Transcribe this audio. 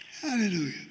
Hallelujah